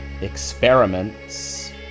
experiments